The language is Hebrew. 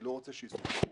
אני לא רוצה שיסעו בטרמפים.